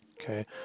okay